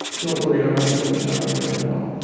don't worry i'm not going to die right now